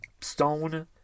stone